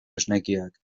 esnekiak